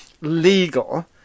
legal